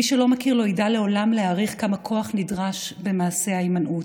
מי שלא מכיר לא ידע לעולם להעריך כמה כוח נדרש במעשה ההימנעות.